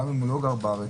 גם אם הוא לא גר בארץ,